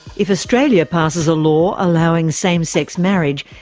if australia passes a law allowing same-sex marriage,